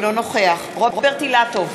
אינו נוכח רוברט אילטוב,